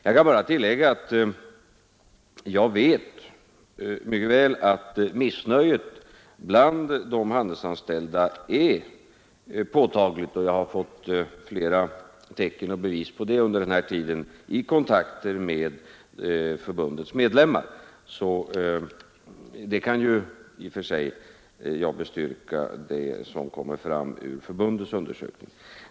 Jag kan bara tillägga att jag vet mycket väl att missnöjet bland de handelsanställda är påtagligt, och jag har fått flera tecken och bevis på det under den här tiden i kontakter med förbundets medlemmar, så jag kan i och för sig bestyrka det som framgår av förbundets undersökning.